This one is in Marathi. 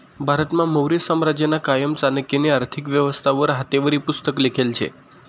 भारतमा मौर्य साम्राज्यना कायमा चाणक्यनी आर्थिक व्यवस्था वर हातेवरी पुस्तक लिखेल शे